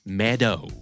meadow